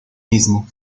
mismo